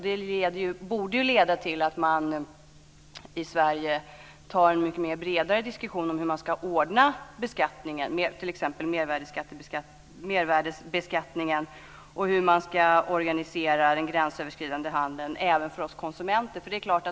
Det borde ju leda till att vi i Sverige tar en mycket bredare diskussion om hur beskattningen ska ordnas t.ex. när det gäller mervärdesbeskattningen och hur man ska organisera den gränsöverskridande handeln även för oss konsumenter.